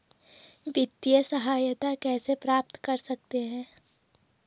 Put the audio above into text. वित्तिय सहायता कैसे प्राप्त कर सकते हैं?